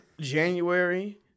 January